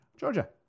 Georgia